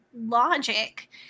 logic